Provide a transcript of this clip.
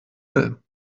will